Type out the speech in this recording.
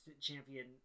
champion